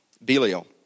Belial